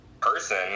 person